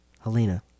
Helena